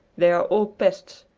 they are all pests.